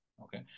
Okay